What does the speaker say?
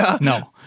No